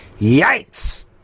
Yikes